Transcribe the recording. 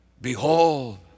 Behold